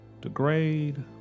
degrade